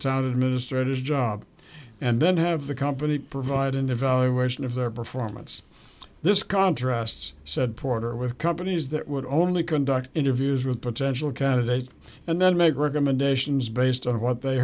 administrators job and then have the company provide an evaluation of their performance this contrasts said porter with companies that would only conduct interviews with potential candidates and then make recommendations based on what they